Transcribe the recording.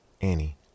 Annie